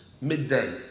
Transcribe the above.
midday